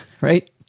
Right